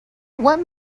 what